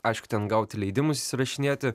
aišku ten gauti leidimus įsirašinėti